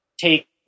Take